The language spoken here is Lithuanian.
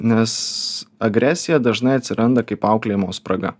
nes agresija dažnai atsiranda kaip auklėjimo spraga